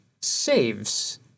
saves